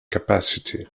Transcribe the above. capacity